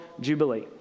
Jubilee